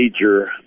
major